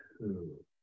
Two